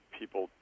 people